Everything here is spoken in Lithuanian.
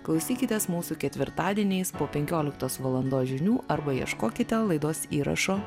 klausykitės mūsų ketvirtadieniais po penkioliktos valandos žinių arba ieškokite laidos įrašo